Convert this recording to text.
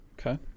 okay